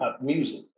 music